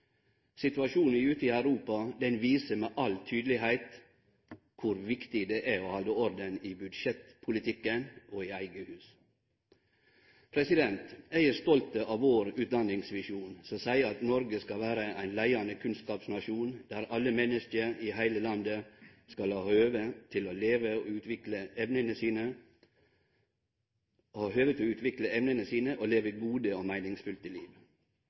Situasjonen ute i Europa viser med all tydelegheit kor viktig det er å halde orden i budsjettpolitikken og i eige hus. Eg er stolt av vår utdanningsvisjon, som seier at Noreg skal vere ein leiande kunnskapsnasjon der alle menneske i heile landet skal ha høve til å utvikle evnene sine og leve gode og meiningsfylte liv. Alle skal oppleve utfordringar, læring og meistring i skulen kvar einaste dag. Gjennom yrkesretting, tett oppfølging og